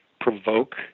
provoke